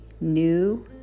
new